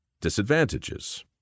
disadvantages